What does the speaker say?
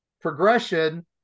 progression